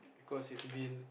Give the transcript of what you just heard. because it's been